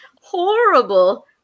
horrible